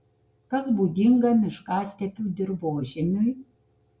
kas būdinga miškastepių dirvožemiui